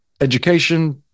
education